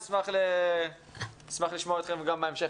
נשמח לשמוע אתכם שוב גם בהמשך.